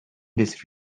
this